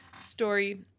story